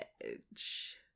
edge